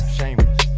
shameless